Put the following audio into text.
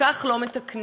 כך לא מתקנים.